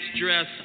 dress